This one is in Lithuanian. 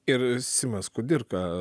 ir simas kudirka